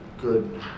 good